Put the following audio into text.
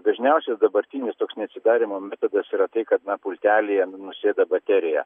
dažniausia dabartinis toks neatsidarymo metodas yra tai kad na pultelyje nu nusėda baterija